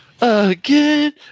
Again